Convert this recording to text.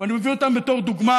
ואני מביא אותם בתור דוגמה,